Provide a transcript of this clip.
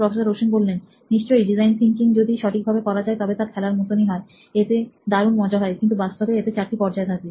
professor Ashwin নিশ্চয়ই design thinking যদি সঠিকভাবে করা যায় তবে তা খেলার মতনই হয় এতে দারুণ মজা হয় কিন্তু বাস্তবে এতে চারটে পর্যায় থাকে